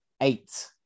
eight